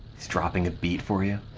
he's dropping a beat for yeah